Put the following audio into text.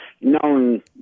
known